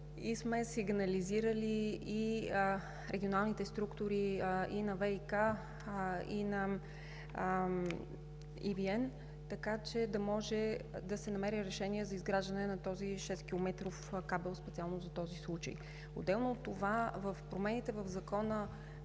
и сме сигнализирали регионалните структури на ВиК и EVN, така че да може да се намери решение за изграждането на този 6-километров кабел, специално за този случай. Отделно от това, с промените в Закона